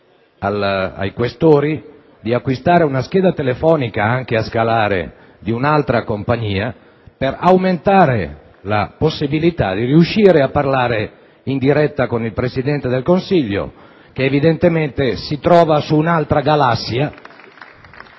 Questori di acquistare una scheda telefonica, anche una tessera a scalare, di un'altra compagnia, per aumentare la possibilità di riuscire a parlare in diretta con il Presidente del Consiglio, che evidentemente si trova su un'altra galassia